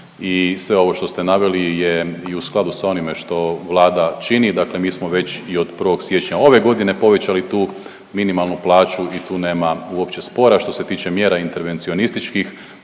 i sve ovo što ste naveli je i u skladu sa onime što Vlada čini. Dakle, mi smo već i od 1. siječnja ove godine povećali tu minimalnu plaću i tu nema uopće spora. Što se tiče mjera intervencionističkih